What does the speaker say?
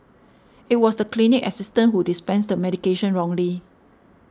it was the clinic assistant who dispensed the medication wrongly